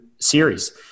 series